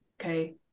Okay